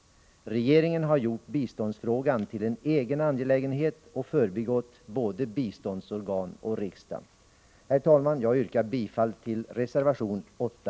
Regeringen har gjort biståndsfrågan till en egen angelägenhet och förbigått både biståndsorgan och riksdag. Herr talman! Jag yrkar bifall till reservation 8.